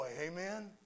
Amen